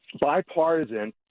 Bipartisan